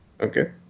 okay